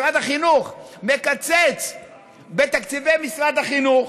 משרד החינוך מקצץ בתקציבי משרד החינוך,